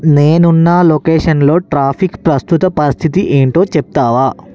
నేనున్న లొకేషన్లో ట్రాఫిక్ ప్రస్తుత పరిస్థితి ఏంటో చెప్తావా